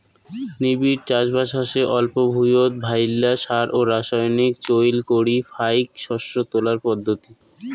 নিবিড় চাষবাস হসে অল্প ভুঁইয়ত ভাইল্লা সার ও রাসায়নিক চইল করি ফাইক শস্য তোলার পদ্ধতি